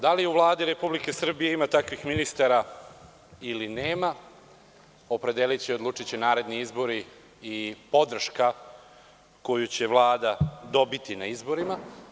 Da li u Vladi Republike Srbije ima takvih ministara ili nema, opredeliće i odlučiće naredni izbori i podrška koju će Vlada dobiti na izborima.